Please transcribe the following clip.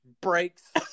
breaks